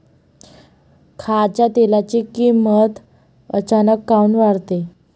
खाच्या तेलाची किमत अचानक काऊन वाढते?